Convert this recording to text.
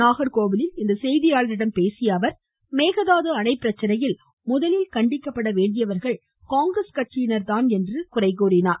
நாகர்கோவிலில் இன்று செய்தியாளர்களிடம் பேசிய அவர் மேகதாது அணை பிரச்சினையில் முதலில் கண்டிக்கப்பட வேண்டியர்கள் காங்கிரஸ் கட்சியினர்தான் என்று குறிப்பிட்டார்